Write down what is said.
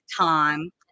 time